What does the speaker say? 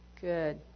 Good